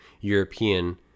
European